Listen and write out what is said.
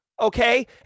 okay